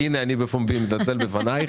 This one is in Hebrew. אני מתנצל בפומבי,